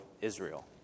Israel